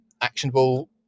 actionable